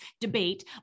debate